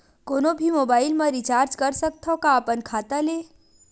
कोनो भी मोबाइल मा रिचार्ज कर सकथव का अपन खाता ले?